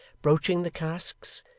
broaching the casks,